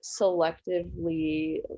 selectively